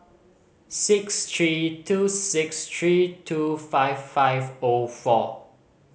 six three two six three two five five O four